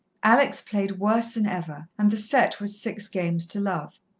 alex played worse than ever, and the sett was six games to love.